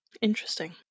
Interesting